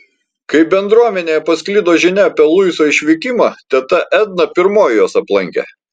kai bendruomenėje pasklido žinia apie luiso išvykimą teta edna pirmoji juos aplankė